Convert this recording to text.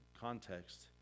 context